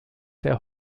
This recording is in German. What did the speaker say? der